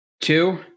two